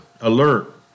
alert